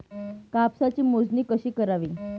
कापसाची मोजणी कशी करावी?